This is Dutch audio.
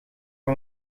van